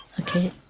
okay